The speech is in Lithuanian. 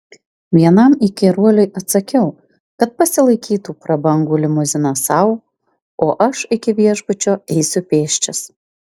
vienam įkyruoliui atsakiau kad pasilaikytų prabangų limuziną sau o aš iki viešbučio eisiu pėsčias